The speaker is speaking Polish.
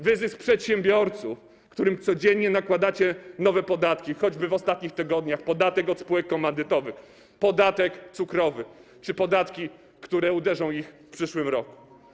Wyzysk przedsiębiorców, na których codziennie nakładacie nowe podatki, choćby w ostatnich tygodniach, podatek od spółek komandytowych, podatek cukrowy czy podatki, które uderzą ich w przyszłym roku.